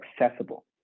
accessible